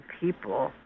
people